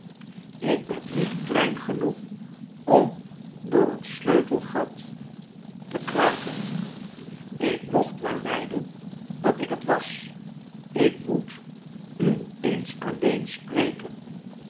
ik ben niet klein genoeg om door een sleutelgat te kruipen ik mocht wel lijden dat ik het was ik moet u eens alleen spreken